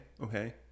Okay